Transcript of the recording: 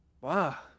Wow